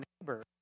neighbor